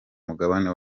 mugabane